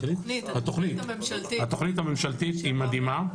התוכנית הממשלתית היא מדהימה,